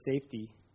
safety